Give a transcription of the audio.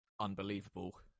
unbelievable